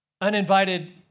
uninvited